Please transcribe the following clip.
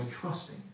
trusting